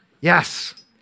Yes